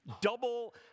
double